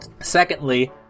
Secondly